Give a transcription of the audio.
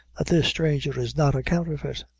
that this stranger is not a counterfeit?